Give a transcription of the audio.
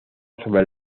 sobre